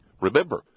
Remember